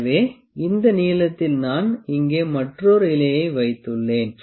எனவே இந்த நீளத்தில் நான் இங்கே மற்றொரு இலையை வைத்துள்ளேன்